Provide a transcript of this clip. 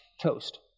toast